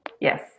Yes